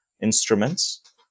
instruments